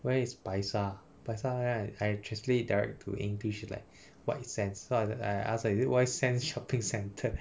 where is 白沙白沙 and then I I translate it direct to english it's like white sands so I was I ask ah is it white sands shopping centre